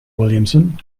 williamson